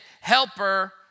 helper